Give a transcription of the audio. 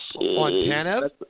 Montana